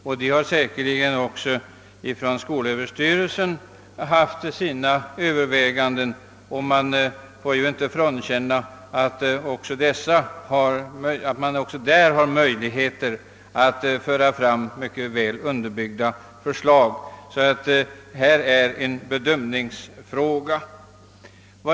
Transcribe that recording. Skolöverstyrelsen har säkerligen gjort ingående överväganden, och det går inte att förneka att skolöverstyrelsen har möjligheter att framlägga synnerligen väl underbyggda förslag när det gäller en sådan här bedömningsfråga.